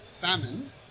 famine